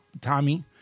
Tommy